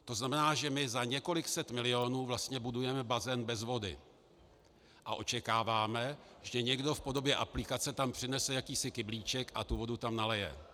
To znamená, že my za několik set milionů vlastně budujeme bazén bez vody a očekáváme, že někdo v podobě aplikace tam přinese jakýsi kyblíček a tu vodu tam nalije.